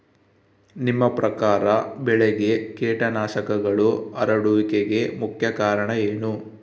ನಿಮ್ಮ ಪ್ರಕಾರ ಬೆಳೆಗೆ ಕೇಟನಾಶಕಗಳು ಹರಡುವಿಕೆಗೆ ಮುಖ್ಯ ಕಾರಣ ಏನು?